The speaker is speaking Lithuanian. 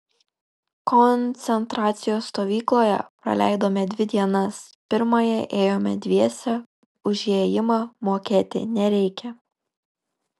koncentracijos stovykloje praleidome dvi dienas pirmąją ėjome dviese už įėjimą mokėti nereikia